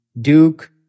Duke